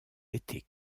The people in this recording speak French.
été